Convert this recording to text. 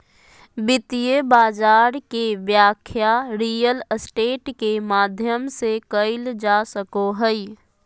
वित्तीय बाजार के व्याख्या रियल स्टेट के माध्यम से कईल जा सको हइ